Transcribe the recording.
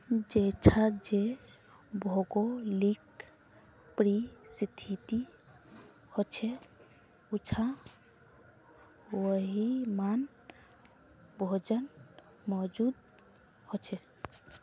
जेछां जे भौगोलिक परिस्तिथि होछे उछां वहिमन भोजन मौजूद होचे